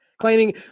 claiming